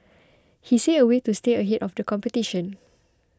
he see a way to stay ahead of the competition